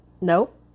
nope